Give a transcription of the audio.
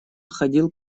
ходил